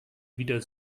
wieder